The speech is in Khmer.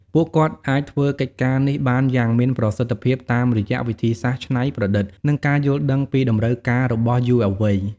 ពួកគាត់អាចធ្វើកិច្ចការនេះបានយ៉ាងមានប្រសិទ្ធភាពតាមរយៈវិធីសាស្ត្រច្នៃប្រឌិត និងការយល់ដឹងពីតម្រូវការរបស់យុវវ័យ។